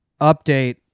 update